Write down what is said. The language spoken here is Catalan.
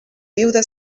viuda